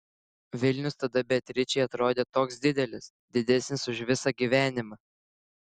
vilnius tada beatričei atrodė toks didelis didesnis už visą gyvenimą